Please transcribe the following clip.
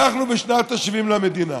אנחנו בשנת ה-70 למדינה.